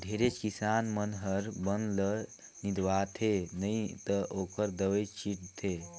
ढेरे किसान मन हर बन ल निंदवाथे नई त ओखर दवई छींट थे